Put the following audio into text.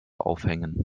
aufhängen